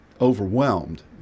overwhelmed